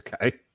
Okay